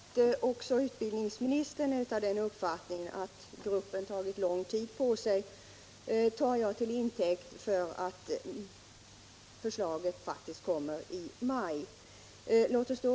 Herr talman! Att också utbildningsministern har den uppfattningen att gruppen tagit lång tid på sig tar jag till intäkt för att förslaget faktiskt kommer att läggas fram i maj.